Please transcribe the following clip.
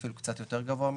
אפילו קצת יותר גבוה מזה,